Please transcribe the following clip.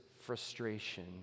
frustration